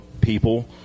people